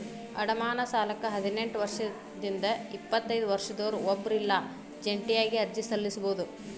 ಅಡಮಾನ ಸಾಲಕ್ಕ ಹದಿನೆಂಟ್ ವರ್ಷದಿಂದ ಎಪ್ಪತೈದ ವರ್ಷದೊರ ಒಬ್ರ ಇಲ್ಲಾ ಜಂಟಿಯಾಗಿ ಅರ್ಜಿ ಸಲ್ಲಸಬೋದು